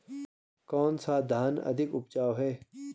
कौन सा धान अधिक उपजाऊ है?